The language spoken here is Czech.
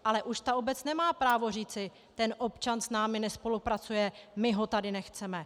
Ale už ta obec nemá právo říci: ten občan s námi nespolupracujeme, my ho tady nechceme.